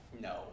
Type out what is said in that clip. No